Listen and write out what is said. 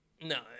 No